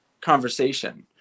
conversation